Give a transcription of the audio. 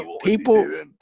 People